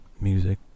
music